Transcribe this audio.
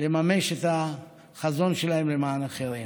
לממש את החזון שלהם למען אחרים.